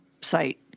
site